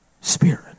spirit